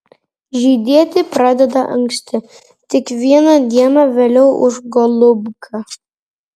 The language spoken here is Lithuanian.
žydėti pradeda anksti tik viena diena vėliau už golubką